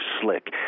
slick